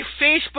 Facebook